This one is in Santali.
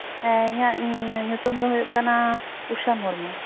ᱦᱮᱸ ᱤᱧᱟᱹᱜ ᱧᱩᱛᱩᱢ ᱫᱚ ᱦᱩᱭᱩᱜ ᱠᱟᱱᱟ ᱩᱥᱟ ᱢᱩᱨᱢᱩ